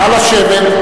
נא לשבת.